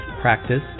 practice